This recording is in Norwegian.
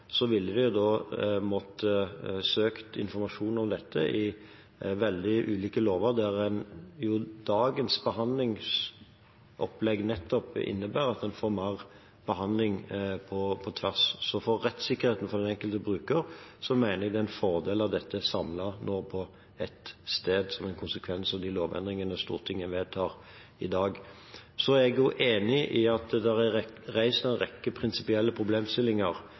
i veldig ulike lover, og dagens behandlingsopplegg innebærer nettopp at en får mer behandling på tvers. Så for rettssikkerheten for den enkelte bruker mener jeg at det er en fordel at dette er samlet på ett sted, som en konsekvens av de lovendringene Stortinget vedtar i dag. Så er jeg enig i at det er reist en rekke prinsipielle problemstillinger